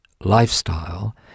lifestyle